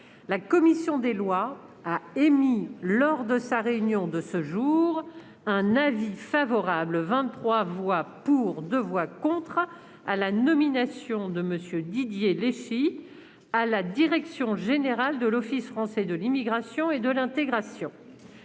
la commission des lois a émis, lors de sa réunion de ce jour, un avis favorable- 23 voix pour, 2 voix contre -à la nomination de M. Didier Leschi à la direction générale de l'Office français de l'immigration et de l'intégration.